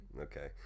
Okay